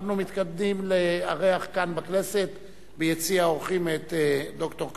מס' 2). אנחנו מתכבדים לארח כאן בכנסת ביציע האורחים את ד"ר קדמן,